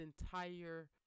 entire